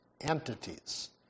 entities